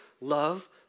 love